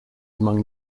among